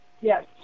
Yes